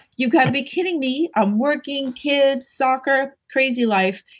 you gotta be kidding me. i'm working, kids soccer, crazy life.